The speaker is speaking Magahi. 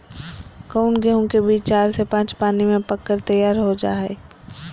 कौन गेंहू के बीज चार से पाँच पानी में पक कर तैयार हो जा हाय?